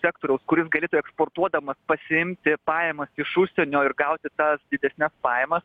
sektoriaus kuris galėtų eksportuodamas pasiimti pajamas iš užsienio ir gauti tas didesnes pajamas